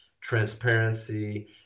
transparency